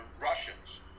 Russians